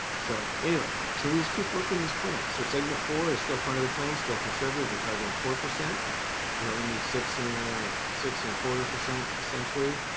so anyway, so please keep working this plan. so segment four is still part of the plan. still conservative, we're targeting four percent we only need sixty six and a quarter percent essentially,